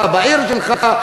בעיר שלך,